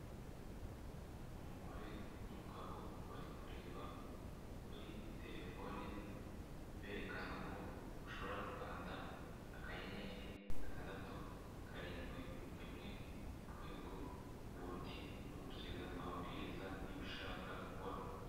Umugore n'umugabo bari kureba muri terefone, berekana ko ushobora gukanda akannyeri, gatandatu, karindwi, rimwe, urwego, ubundi ugakurikiza amabwiriza y'ibyo ushaka gukora.